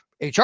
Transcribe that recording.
HR